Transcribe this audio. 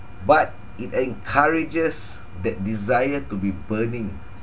but it encourages that desire to be burning